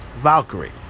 Valkyrie